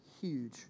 huge